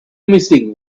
missing